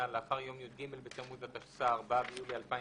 לאחר יום י"ג בתמוז התשס"א (4 ביולי 2001),